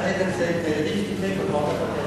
אל תבלבל את הילדים שנמצאים פה.